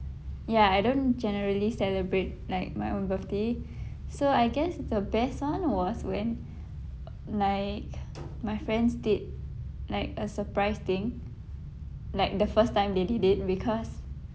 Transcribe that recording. ya I don't generally celebrate like my own birthday so I guess the best one was when like my friends did like a surprise thing like the first time they did it because